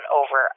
over